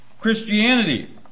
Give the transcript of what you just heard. Christianity